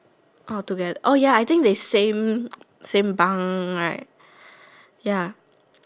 orh together orh ya I think the same same bunk right ya